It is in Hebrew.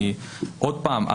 עוד פעם,